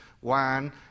One